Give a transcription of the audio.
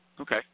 Okay